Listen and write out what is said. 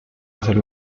hacer